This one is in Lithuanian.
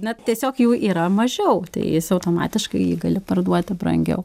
na tiesiog jų yra mažiau tai jis automatiškai jį gali parduoti brangiau